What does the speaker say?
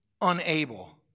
unable